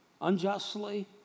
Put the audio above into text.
unjustly